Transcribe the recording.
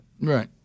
Right